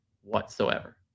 whatsoever